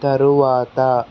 తరువాత